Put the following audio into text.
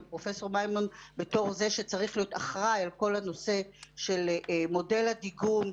ופרופ' מימון בתור זה שצריך להיות אחראי על כל הנושא של מודל הדיגום,